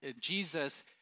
Jesus